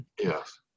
Yes